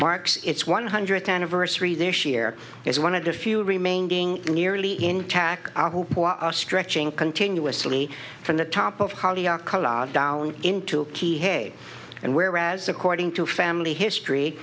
marks its one hundredth anniversary this year is one of the few remaining nearly intact stretching continuously from the top of down into key hay and whereas according to family history